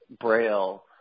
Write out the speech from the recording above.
braille